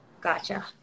Gotcha